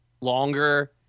longer